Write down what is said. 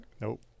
Nope